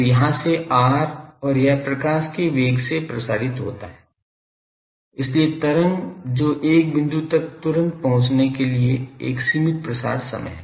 तो यहाँ से r और यह प्रकाश के वेग से प्रसारित होता है इसलिए तरंग जो एक बिंदु तक तुरंत पहुंचने के लिए एक सीमित प्रसार समय है